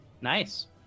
Nice